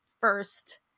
first